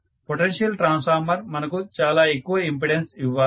potential transformer మనకు చాలా ఎక్కువ ఇంపెడన్స్ ఇవ్వాలి